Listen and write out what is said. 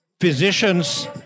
physician's